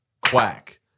Quack